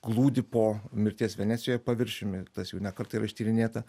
glūdi po mirties venecijoje paviršiumi tas jau ne kartą yra ištyrinėta